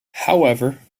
however